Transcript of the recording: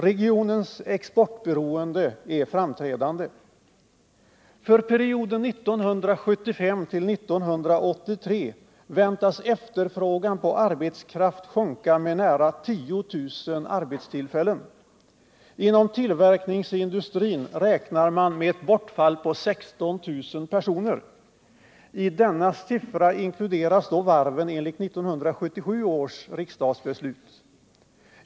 Regionens exportberoende är framträdande. För perioden 1975-1983 väntas efterfrågan på arbetskraft sjunka med nära 10 000 arbetstillfällen. Inom tillverkningsindustrin räknar man med ett bortfall på 16 000 personer. I denna siffra inkluderas då varven enligt 1977 års riksdagsbeslut.